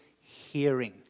hearing